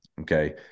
okay